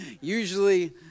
Usually